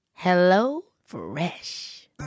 HelloFresh